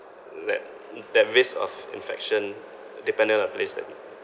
like that risk of infection depending on the place that